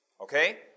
Okay